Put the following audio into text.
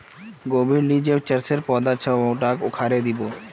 गोबीर ली जे चरसेर पौधा छ उटाक उखाड़इ दी बो